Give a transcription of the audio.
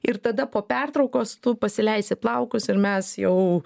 ir tada po pertraukos tu pasileisi plaukus ir mes jau